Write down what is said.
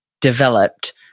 developed